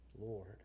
Lord